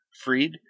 freed